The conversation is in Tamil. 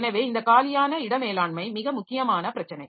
எனவே இந்த காலியான இடமேலாண்மை மிக முக்கியமான பிரச்சனை